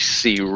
see